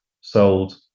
sold